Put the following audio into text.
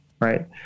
Right